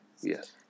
Yes